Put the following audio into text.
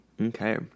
Okay